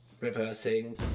Reversing